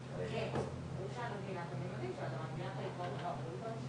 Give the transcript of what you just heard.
אמרתי שברירת המחדל היא 25% וכמובן הם